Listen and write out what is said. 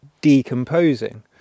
decomposing